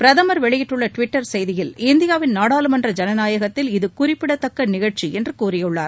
பிரதமர் வெளியிட்டுள்ள டிவிட்டர் செய்திகளில் இந்தியாவின் நாடாளுமன்ற ஜனநாயகத்தில் இது குறிப்பிடதக்க நிகழ்ச்சி என்று கூறியுள்ளார்